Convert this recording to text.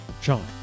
Sean